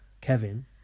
Kevin